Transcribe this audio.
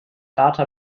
data